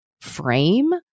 frame